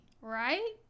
Right